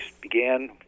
began